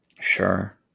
Sure